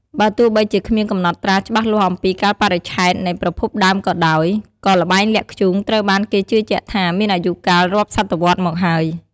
បើទោះបីជាគ្មានកំណត់ត្រាច្បាស់លាស់អំពីកាលបរិច្ឆេទនៃប្រភពដើមក៏ដោយ ក៏ល្បែងលាក់ធ្យូងត្រូវបានគេជឿជាក់ថាមានអាយុកាលរាប់សតវត្សរ៍មកហើយ។